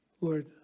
Lord